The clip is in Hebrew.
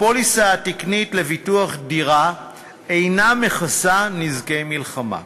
הפוליסה התקנית לביטוח דירה אינה מכסה נזקי מלחמה,